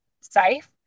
safe